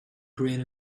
grain